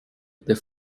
the